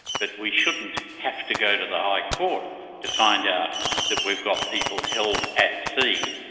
but we shouldn't have to go to the high court to find out that we've got people held at sea.